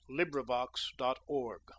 LibriVox.org